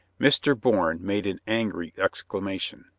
mr. bourne made an angry exclamation,